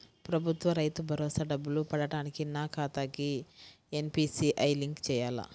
ప్రభుత్వ రైతు భరోసా డబ్బులు పడటానికి నా ఖాతాకి ఎన్.పీ.సి.ఐ లింక్ చేయాలా?